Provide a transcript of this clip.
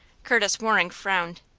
curtis waring frowned.